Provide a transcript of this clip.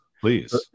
please